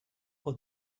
och